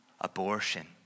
abortion